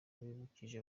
bibukije